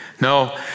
No